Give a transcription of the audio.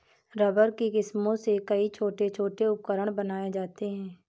rubber की किस्मों से कई छोटे छोटे उपकरण बनाये जाते हैं